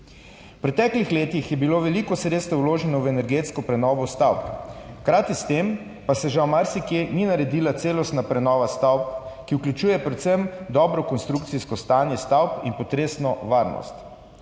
V preteklih letih je bilo veliko sredstev vloženih v energetsko prenovo stavb, hkrati s tem pa se žal marsikje ni naredila celostna prenova stavb, ki vključuje predvsem dobro konstrukcijsko stanje stavb in potresno varnost.